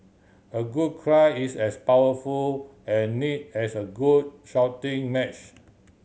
a good cry is as powerful and need as a good shouting match